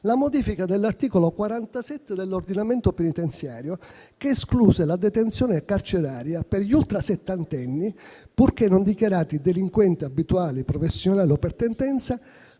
la modifica dell'articolo 47 dell'ordinamento penitenziario, che escluse la detenzione carceraria per gli ultrasettantenni, purché non dichiarati delinquenti abituali, professionali o per tendenza.